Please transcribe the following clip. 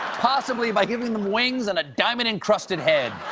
possibly by giving them wings and a diamond-encrusted head.